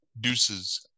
Deuces